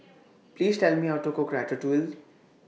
Please Tell Me How to Cook Ratatouille